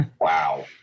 Wow